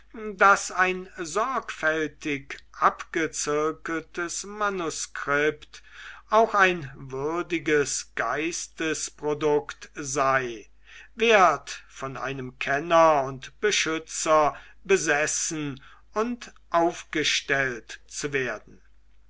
daß ein sorgfältig abgezirkeltes manuskript auch ein würdiges geistesprodukt sei wert von einem kenner und beschützer besessen und aufgestellt zu werden